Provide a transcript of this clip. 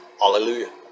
Hallelujah